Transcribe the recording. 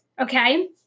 okay